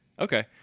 Okay